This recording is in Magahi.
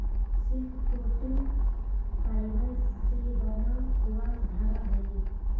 सिल्क प्रोटीन फाइबर से बना हुआ धागा हई